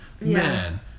man